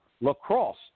lacrosse